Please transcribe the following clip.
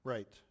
Right